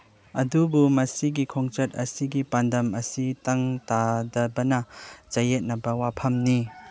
ꯑꯗꯨꯕꯨ ꯃꯁꯤꯒꯤ ꯈꯣꯡꯆꯠ ꯑꯁꯤꯒꯤ ꯄꯥꯟꯗꯝ ꯑꯁꯤ ꯇꯪ ꯇꯥꯗꯕꯅ ꯆꯌꯦꯠꯅꯕ ꯋꯥꯐꯝꯅꯤ